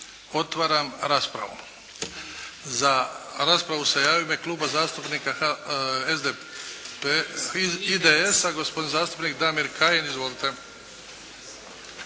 Otvaram raspravu. Za raspravu se javio u ime Kluba zastupnika IDS-a, gospodin zastupnik Damir Kajin. Izvolite.